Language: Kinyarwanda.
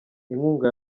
inkunga